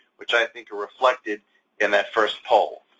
which i think are reflected in that first poll.